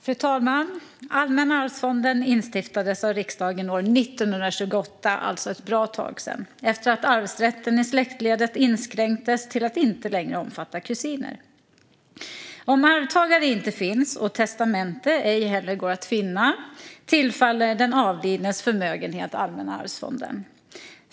Fru talman! Allmänna arvsfonden instiftades av riksdagen år 1928, alltså för ett bra tag sedan, efter att arvsrätten i släktledet inskränktes till att inte längre omfatta kusiner. Om arvtagare inte finns och testamente ej heller går att finna tillfaller den avlidnes förmögenhet Allmänna arvsfonden.